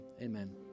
Amen